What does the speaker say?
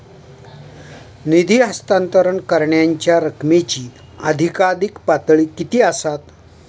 निधी हस्तांतरण करण्यांच्या रकमेची अधिकाधिक पातळी किती असात?